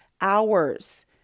hours